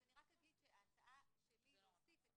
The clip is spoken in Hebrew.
אז אני רק אגיד שההצעה שלי להוסיף את